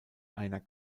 einer